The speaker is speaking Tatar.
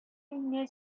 бәйнә